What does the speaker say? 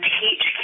teach